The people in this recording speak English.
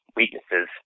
weaknesses